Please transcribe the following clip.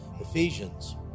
Ephesians